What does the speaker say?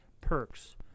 perks